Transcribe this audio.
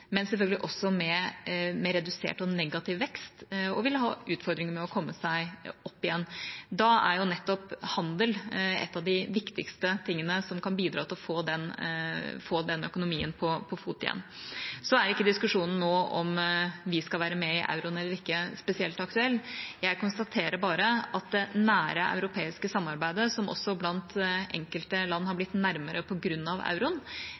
men selvfølgelig også med redusert og negativ vekst og vil ha utfordringer med komme seg opp igjen. Da er nettopp handel en av de viktigste tingene som kan bidra til å få økonomien på fote igjen. Så er ikke diskusjonen om vi skal være med i euroen eller ikke, spesielt aktuell. Jeg konstaterer bare at det nære europeiske samarbeidet, som også blant enkelte land har blitt nærmere på grunn av euroen,